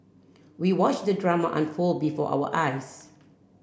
we watched the drama unfold before our eyes